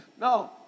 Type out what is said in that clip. no